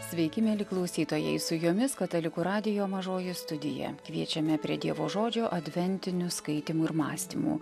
sveiki mieli klausytojai su jumis katalikų radijo mažoji studija kviečiame prie dievo žodžio adventinių skaitymų ir mąstymų